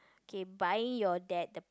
okay buy your dad the